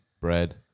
bread